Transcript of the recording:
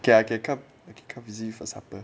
K I can come visit you for supper